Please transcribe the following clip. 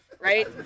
right